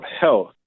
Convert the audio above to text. health